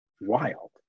wild